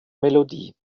melodie